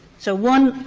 so one,